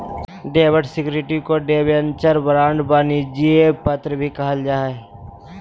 डेब्ट सिक्योरिटी के debenture, bond, वाणिज्यिक पत्र भी कहल जा हय